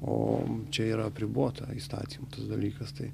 o čia yra apribota įstatymų tas dalykas tai